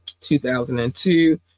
2002